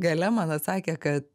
gale man atsakė kad